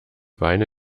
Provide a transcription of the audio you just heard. beine